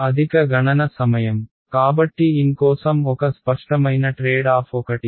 అధిక గణన సమయం కాబట్టి n కోసం ఒక స్పష్టమైన ట్రేడ్ ఆఫ్ ఒకటి